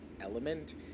element